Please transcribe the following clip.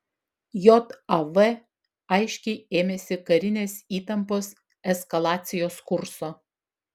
jav aiškiai ėmėsi karinės įtampos eskalacijos kurso